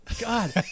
God